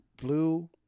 Blue